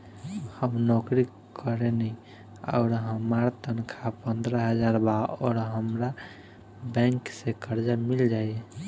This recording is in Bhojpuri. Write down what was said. हम नौकरी करेनी आउर हमार तनख़ाह पंद्रह हज़ार बा और हमरा बैंक से कर्जा मिल जायी?